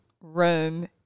room